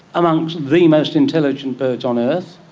amongst the most intelligent birds on earth,